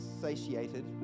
satiated